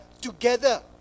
together